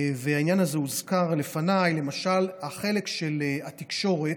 והעניין הזה הוזכר לפניי, למשל, החלק של התקשורת.